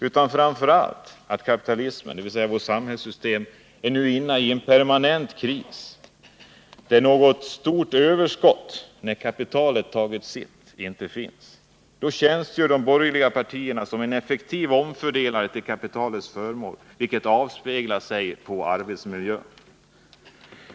Det är framför allt fråga om att kapitalismen, dvs. vårt samhällssystem, nu är inne i en permanent kris där något stort överskott, när kapitalet tagit sitt, inte finns. Då tjänstgör de borgerliga partierna som en effektiv omfördelare till kapitalets förmån, vilket återspeglas på arbetsmiljön.